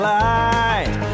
light